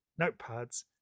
notepads